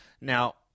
Now